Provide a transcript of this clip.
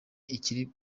ikiri